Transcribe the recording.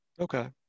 okay